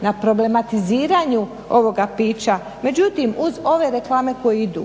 na problematiziranju ovoga pića. Međutim uz ove reklame koje idu,